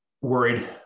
worried